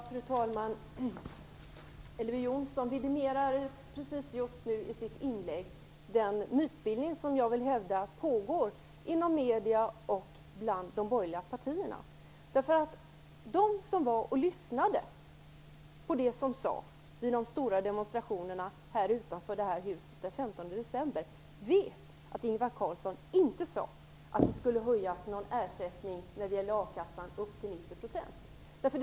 Fru talman! Elver Jonsson vidimerade i sitt inlägg den mytbildning som jag vill hävda pågår inom medier och bland de borgerliga partierna. De som var och lyssnade på det som sades i de stora demonstrationerna utanför detta hus den 15 december vet att Ingvar Carlsson inte sade att ersättningen i a-kassan skulle höjas upp till 90 %.